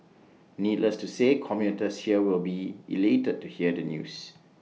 needless to say commuters here will be elated to hear the news